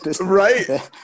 Right